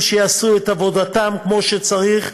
שיעשו את עבודתם כמו שצריך,